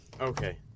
okay